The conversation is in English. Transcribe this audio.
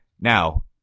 now